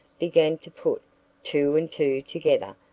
began to put two and two together.